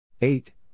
Eight